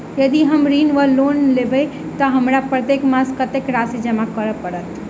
यदि हम ऋण वा लोन लेबै तऽ हमरा प्रत्येक मास कत्तेक राशि जमा करऽ पड़त?